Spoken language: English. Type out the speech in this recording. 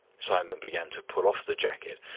simon began to pull off the jacket,